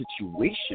situation